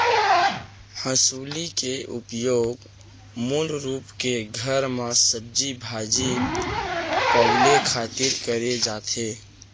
हँसुली के उपयोग मूल रूप के घर म सब्जी भाजी पउले खातिर करे जाथे